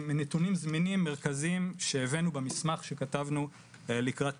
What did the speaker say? מנתונים זמינים מרכזיים שהבאנו במסמך שכתבנו לקראת